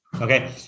Okay